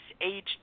age